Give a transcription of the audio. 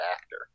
actor